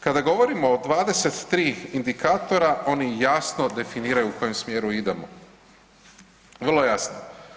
Kada govorimo o 23 indikatora oni jasno definiraju u kojem smjeru idemo, vrlo jasno.